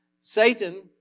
Satan